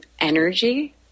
energy